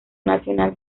nacional